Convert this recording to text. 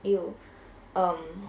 !eww! um